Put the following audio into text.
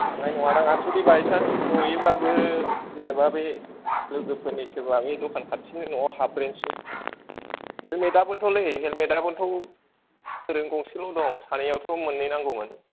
खारनाय नङादां आर जुदि बायसान्स नुयोबाबो जेन'बा बे लोगोफोरनि सोरबा बे दखान खाथिनि न'वाव हाब्रेसै हेलमेताबोथ'लै हेलमेताबोथ' ओरैनोथ' गंसेल' दं सानैयावथ' मोननै नांगौमोन